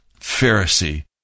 Pharisee